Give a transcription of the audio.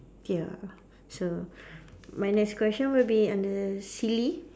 ya so my next question would be under silly